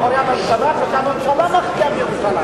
איך תתייצב מאחורי הממשלה כשגם הממשלה מקפיאה בירושלים?